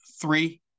three